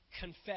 confess